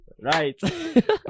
Right